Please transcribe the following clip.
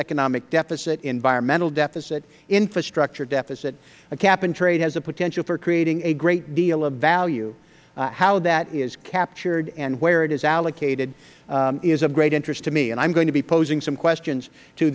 economic deficit environmental deficit infrastructure deficit a cap and trade has a potential for creating a great deal of value how that is captured and where it is allocated is of great interest to me i am going to be posing some questions to